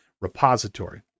repository